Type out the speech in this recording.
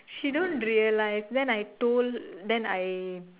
she don't realise then I told then I